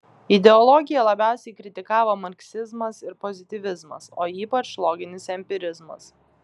ideologiją labiausiai kritikavo marksizmas ir pozityvizmas o ypač loginis empirizmas